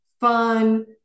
fun